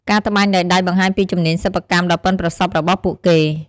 ការត្បាញដោយដៃបង្ហាញពីជំនាញសិប្បកម្មដ៏ប៉ិនប្រសប់របស់ពួកគេ។